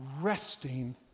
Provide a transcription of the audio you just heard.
Resting